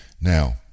Now